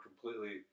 completely